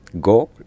go